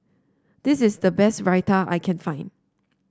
this is the best Raita I can find